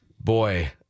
boy